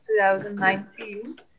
2019